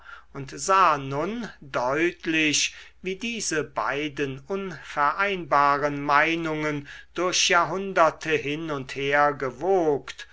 und sah nun deutlich wie diese beiden unvereinbaren meinungen durch jahrhunderte hin und her gewogt